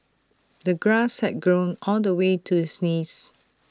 the grass had grown all the way to his knees